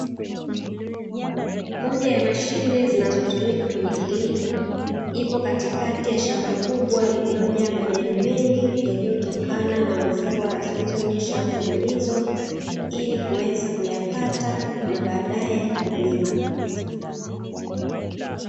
Moja ya mashine zinazotumika kwenye kilimo ipo katikati ya shamba kubwa lililojaa majani mengi yaliyotokana na mvua zilizonyesha mfululizo, ili kuweza kuyakata na badae kulima.